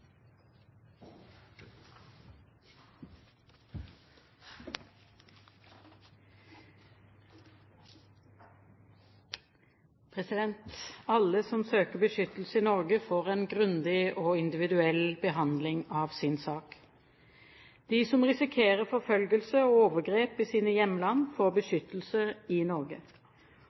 debatten. Alle som søker beskyttelse i Norge, får en grundig og individuell behandling av sin sak. De som risikerer forfølgelse og overgrep i sine hjemland, får beskyttelse i Norge.